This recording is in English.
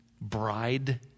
bride